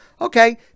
Okay